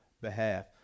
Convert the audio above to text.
behalf